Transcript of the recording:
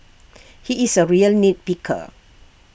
he is A real nit picker